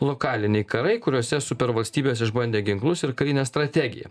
lokaliniai karai kuriuose supervalstybės išbandė ginklus ir karinę strategiją